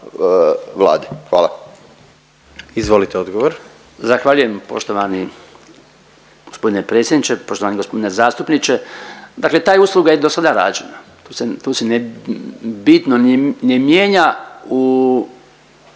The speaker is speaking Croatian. **Bačić, Branko (HDZ)** Zahvaljujem poštovani gospodine predsjedniče. Poštovani gospodine zastupniče, dakle ta usluga je i dosada rađena tu se, tu se bitno ne mijenja u